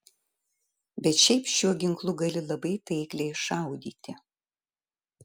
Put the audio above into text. bet šiaip šiuo ginklu gali labai taikliai šaudyti